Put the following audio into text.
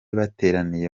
bateraniye